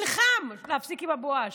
נלחם על מנת להפסיק עם הבואש.